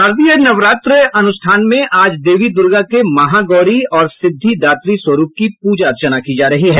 शारदीय नवरात्रि अनुष्ठान में आज देवी दुर्गा के महागौरी और सिद्धिदात्री स्वरूप की पूजा अर्चना की जा रही है